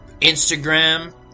Instagram